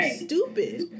stupid